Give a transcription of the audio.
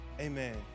Amen